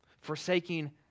Forsaking